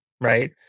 Right